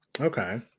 Okay